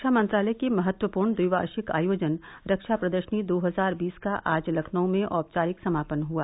रक्षा मंत्रालय के महत्वपूर्ण द्विवार्षिक आयोजन रक्षा प्रदर्शनी दो हजार बीस का आज लखनऊ में औपचारिक समापन हुआ